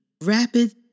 rapid